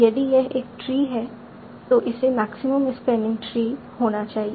यदि यह एक ट्री है तो इसे मैक्सिमम स्पैनिंग ट्री होना चाहिए